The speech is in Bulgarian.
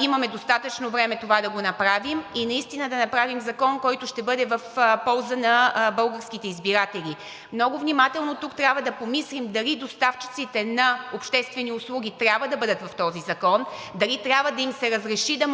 имаме достатъчно време това да го направим и наистина да направим закон, който ще бъде в полза на българските избиратели. Много внимателно тук трябва да помислим дали доставчиците на обществени услуги трябва да бъдат в този закон, дали трябва да им се разреши да могат да прехвърлят